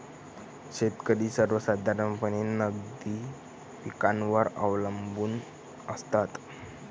शेतकरी सर्वसाधारणपणे नगदी पिकांवर अवलंबून असतात